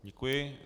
Děkuji.